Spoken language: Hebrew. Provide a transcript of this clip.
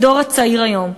הדור הצעיר היום,